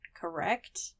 correct